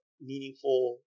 meaningful